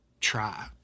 try